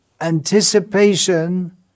anticipation